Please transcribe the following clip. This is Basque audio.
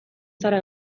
zara